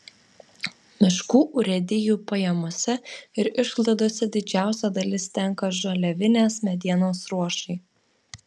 miškų urėdijų pajamose ir išlaidose didžiausia dalis tenka žaliavinės medienos ruošai